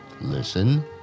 listen